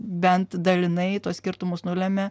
bent dalinai tuos skirtumus nulemia